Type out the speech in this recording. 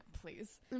please